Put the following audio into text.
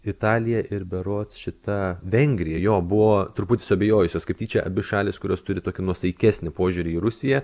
italija ir berods šita vengrija jo buvo truputį suabejojusios kaip tyčia abi šalys kurios turi tokį nuosaikesnį požiūrį į rusiją